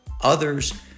others